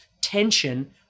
tension